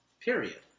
Period